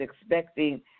expecting